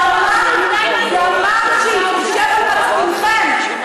דמם ישב על מצפונכם,